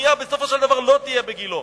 בנייה בסופו של דבר לא תהיה בגילה.